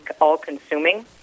all-consuming